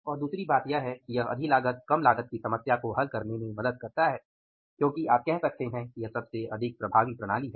और दूसरी बात यह है कि यह अधिलागतकम लागत की समस्या को हल करने में मदद करता है क्योंकि आप कह सकते हैं कि यह सबसे अधिक प्रभावी प्रणाली है